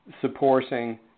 supporting